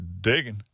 digging